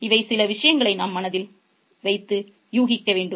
இவை சில விஷயங்களை நாம் மனதில் வைத்து ஊகிக்க வேண்டும்